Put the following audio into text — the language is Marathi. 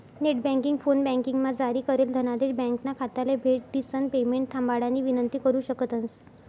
नेटबँकिंग, फोनबँकिंगमा जारी करेल धनादेश ब्यांकना खाताले भेट दिसन पेमेंट थांबाडानी विनंती करु शकतंस